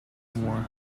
more